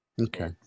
Okay